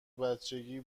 بچگی